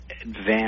advanced